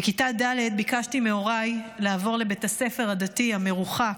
בכיתה ד' ביקשתי מהוריי לעבור לבית הספר הדתי המרוחק.